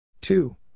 Two